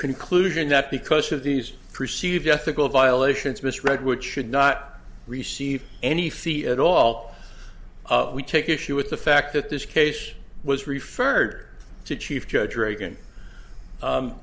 conclusion that because of these perceived ethical violations miss redwood should not receive any fee at all we take issue with the fact that this case was referred to chief judge reagan